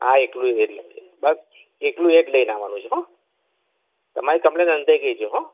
હા એકલું એ બસ હા એકલું એ જ લઈને આવાનું છે હો તમારી કમ્પ્લેન નોંધાઈ ગઈ છે હો